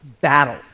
battle